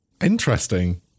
Interesting